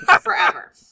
forever